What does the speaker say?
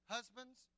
Husbands